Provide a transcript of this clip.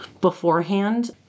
beforehand